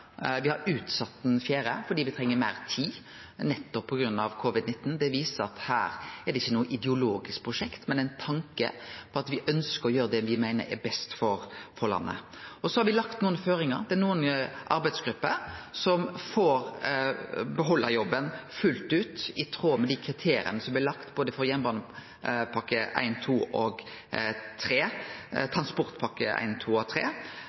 har utsett den fjerde fordi me treng meir tid på grunn av covid-19. Det viser at dette ikkje er eit ideologisk prosjekt, men ein tanke om at me ønskjer å gjere det me meiner er best for landet. Så har me lagt nokre føringar. Det er nokre arbeidsgrupper som får behalde jobben fullt ut i tråd med dei kriteria som blei lagde for både transportpakke 1, 2 og